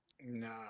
No